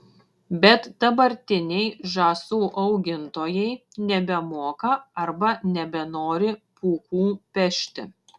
bet dabartiniai žąsų augintojai nebemoka arba nebenori pūkų pešti